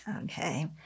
Okay